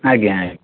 ଆଜ୍ଞା ଆଜ୍ଞା